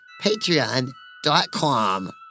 patreon.com